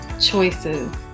choices